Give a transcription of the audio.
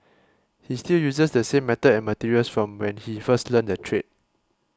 he still uses the same method and materials from when he first learnt the trade